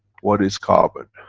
what is carbon?